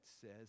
says